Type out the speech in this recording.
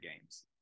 games